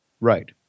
Right